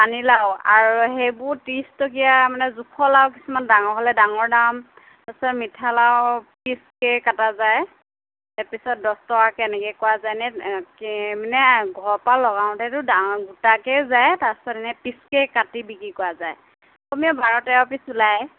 পানীলাও আৰু সেইবোৰ ত্ৰিছ টকীয়া মানে জোখৰ লাও কিছুমান ডাঙৰ হ'লে ডাঙৰ দাম তাৰ পাছত মিঠালাও পিছকৈ কটা যায় তাৰপাছত দছ টকাকৈ এনেকৈ কৰা যায় এনেই কেই মানে ঘৰৰ পৰা লগাওঁতেতো ডাঙৰ গোটাকেই যায় তাৰ পিছত এনেই পিছ কেই কাটি বিক্ৰী কৰা যায় কমেও বাৰ তেৰ পিছ ওলায়